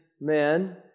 man